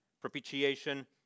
propitiation